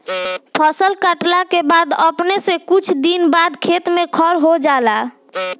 फसल काटला के बाद अपने से कुछ दिन बाद खेत में खर हो जाला